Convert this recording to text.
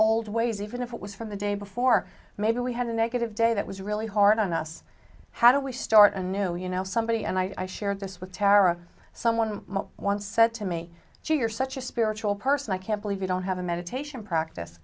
old ways even if it was from the day before maybe we had a negative day that was really hard on us how do we start a new you know somebody and i shared this with tara someone once said to me you're such a spiritual person i can't believe you don't have a meditation practice